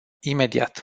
imediat